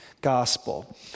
gospel